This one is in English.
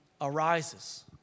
arises